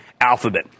Alphabet